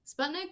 Sputnik